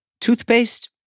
toothpaste